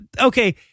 okay